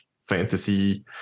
fantasy